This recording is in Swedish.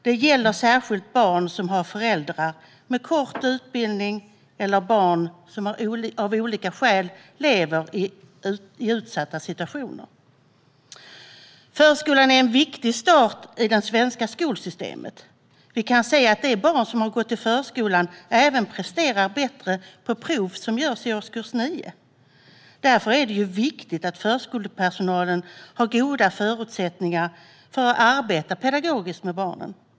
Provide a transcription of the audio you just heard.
Det gäller särskilt barn som har föräldrar med kort utbildning och barn som av olika skäl lever i utsatta situationer. Förskolan är en viktig start i det svenska skolsystemet. Vi kan se att de barn som gått i förskolan även presterar bättre på prov som görs i årskurs nio. Därför är det viktigt att förskolepersonalen har goda förutsättningar för att arbeta pedagogiskt med barnen.